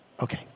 Okay